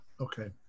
Okay